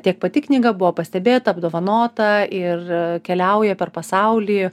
tiek pati knyga buvo pastebėta apdovanota ir keliauja per pasaulį